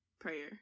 prayer